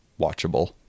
watchable